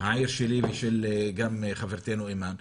העיר שלי וגם של חברתנו אימאן,